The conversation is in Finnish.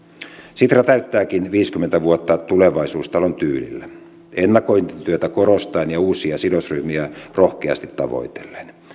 sitra täyttääkin viisikymmentä vuotta tulevaisuustalon tyylillä ennakointityötä korostaen ja uusia sidosryhmiä rohkeasti tavoitellen